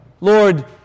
Lord